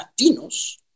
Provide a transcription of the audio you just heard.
Latinos